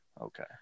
okay